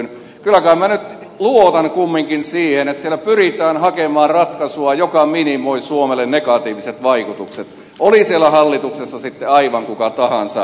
kyllä kai minä nyt luotan kumminkin siihen että siellä pyritään hakemaan ratkaisua joka minimoi suomelle negatiiviset vaikutukset oli siellä hallituksessa sitten aivan kuka tahansa